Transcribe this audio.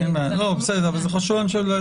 אין בעיה, לא, בסדר אבל זה חשוב להבנה.